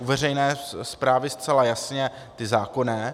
U veřejné správy zcela jasně ty zákonné.